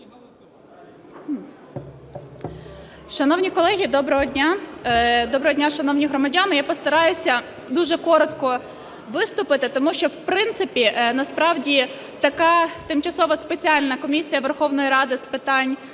Шановні колеги, доброго дня! Доброго дня, шановні громадяни! Я постараюсь дуже коротко виступити. Тому що в принципі насправді така Тимчасова спеціальна комісія Верховної Ради України